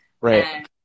right